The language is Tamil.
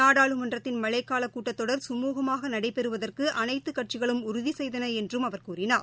நாடாளுமன்றத்தின் மழைக்கால கூட்டத்தொடர் கழுகமாக நடைபெறுவதற்கு அனைத்து கட்சிகளும் உறுதி செய்தன என்றும் அவர் கூறினார்